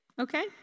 okay